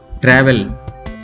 travel